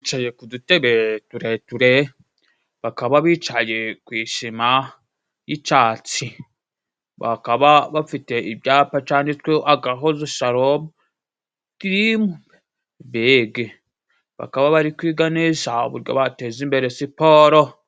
Bicaye ku tureture, bakaba bicaye ku ishima y'icatsi. Bakaba bafite ibyapa canditswe agahozo sharomu kimu bege. Bakaba bari kwiga neza uburyo bateza imbere siporo.